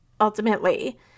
ultimately